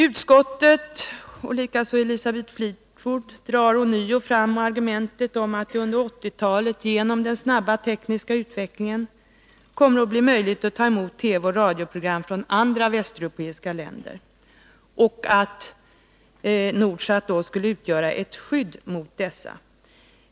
Utskottet, liksom också Elisabeth Fleetwood, drar ånyo fram argumentet att det under 1980-talet genom den snabba tekniska utvecklingen kommer att bli möjligt att ta emot TV och radioprogram från andra västeuropeiska länder och att Nordsat då skulle utgöra ett skydd mot dessa.